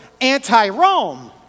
anti-Rome